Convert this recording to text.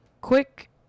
quick